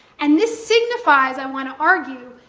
and this signifies, i want to argue,